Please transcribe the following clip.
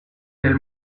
del